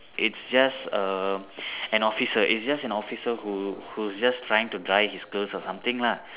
it's just um an officer it's just an officer who who was just trying to dry his clothes or something lah